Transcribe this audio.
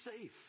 safe